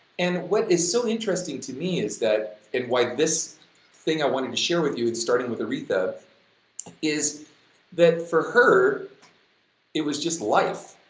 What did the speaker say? and what is so interesting to me is that and why this thing i wanted to share with you, starting with aretha, is that for her it was just life.